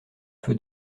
feu